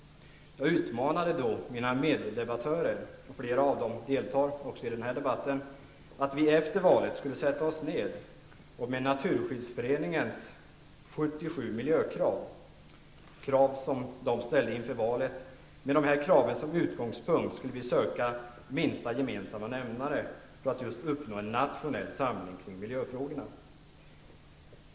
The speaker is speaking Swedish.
Jag utmanade då mina meddebattörer, flera av dem deltar i den här debatten, de sae att vi efter valet skulle sätta oss ned och med Naturskyddsföreningens 77 miljökrav -- krav som man därifrån ställde inför valet -- som utgångspunkt skulle söka minsta gemensamma nämnare för att just uppnå en nationell samling kring miljöfrågorna.